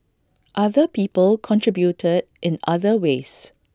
other people contributed in other ways